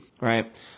right